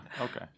okay